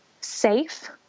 safe